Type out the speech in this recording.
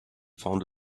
found